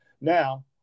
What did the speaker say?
Now